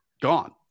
gone